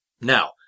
Now